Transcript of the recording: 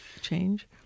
change